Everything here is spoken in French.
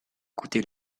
coûté